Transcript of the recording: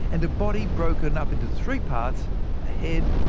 and a body broken up into three parts a head,